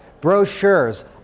brochures